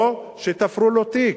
או שתפרו לו תיק.